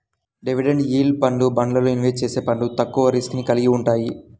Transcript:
dividend yield ఫండ్లు, బాండ్లల్లో invest చేసే ఫండ్లు తక్కువ రిస్క్ ని కలిగి వుంటయ్యి